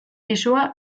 pisua